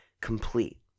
complete